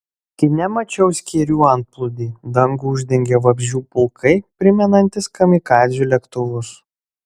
kine mačiau skėrių antplūdį dangų uždengė vabzdžių pulkai primenantys kamikadzių lėktuvus